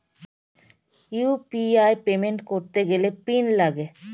UPI payment করতে গেলে PIN লাগে